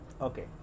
Okay